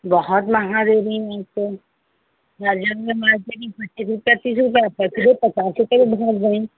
बहुत महंगा दे रही हैं तो गर्जन में मार्केट पच्चीस रुपया तीस रुपया पैंतीस से पचास रुपए पर पहुँच गई